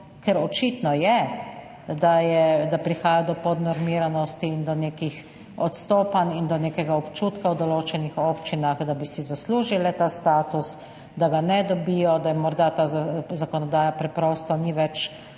ker očitno je, da prihaja do podnormiranosti, do nekih odstopanj in v določenih občinah do nekega občutka, da bi si zaslužile ta status, da ga ne dobijo, da morda ta zakonodaja preprosto ni več